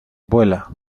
vuela